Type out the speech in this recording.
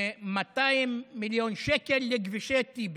200 מיליון שקל לכבישי טיבי.